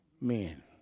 men